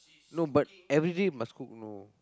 no but everyday must cook know